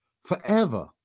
forever